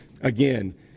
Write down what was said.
Again